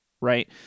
right